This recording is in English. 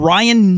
Ryan